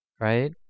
right